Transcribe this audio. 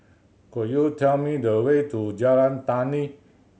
could you tell me the way to Jalan Tani